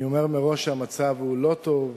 אני אומר מראש שהמצב הוא לא טוב,